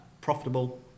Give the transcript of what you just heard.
profitable